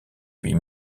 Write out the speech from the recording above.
puis